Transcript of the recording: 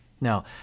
Now